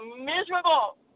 miserable